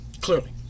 Clearly